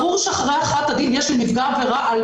ברור שאחרי הכרעת הדין יש לנפגע עבירה על